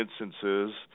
instances